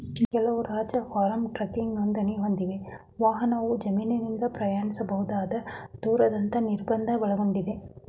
ಕೆಲವು ರಾಜ್ಯ ಫಾರ್ಮ್ ಟ್ರಕ್ಗೆ ನೋಂದಣಿ ಹೊಂದಿವೆ ವಾಹನವು ಜಮೀನಿಂದ ಪ್ರಯಾಣಿಸಬಹುದಾದ ದೂರದಂತ ನಿರ್ಬಂಧ ಒಳಗೊಂಡಿದೆ